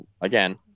Again